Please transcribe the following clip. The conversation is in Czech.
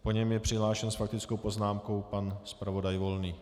Po něm je přihlášen s faktickou poznámkou pan zpravodaj Volný.